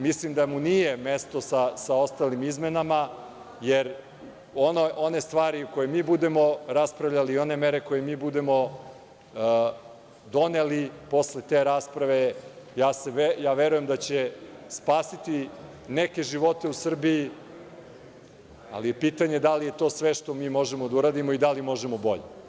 Mislim da mu nije mesto sa ostalim izmenama, jer one stvari koje mi budemo raspravljali i one mere koje mi budemo doneli posle te rasprave, verujem da će spasiti neke živote u Srbiji, ali je pitanje da li je to sve što mi možemo da uradimo i da li možemo bolje.